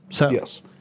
Yes